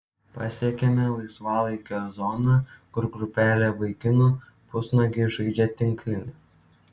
pasiekiame laisvalaikio zoną kur grupelė vaikinų pusnuogiai žaidžia tinklinį